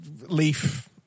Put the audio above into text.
leaf